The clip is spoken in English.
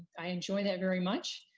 i enjoy that very much.